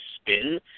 spin